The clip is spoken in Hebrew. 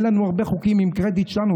יהיו לנו הרבה חוקים עם קרדיט שלנו.